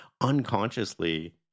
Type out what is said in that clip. unconsciously